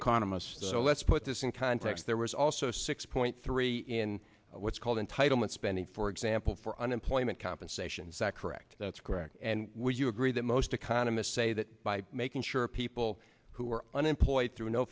so let's put this in context there was also six point three in what's called entitlement spending for example for unemployment compensation is that correct that's correct and would you agree that most economists say that by making sure people who are unemployed through no